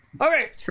Okay